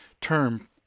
term